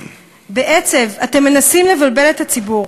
בעצב אתם מנסים לבלבל את הציבור,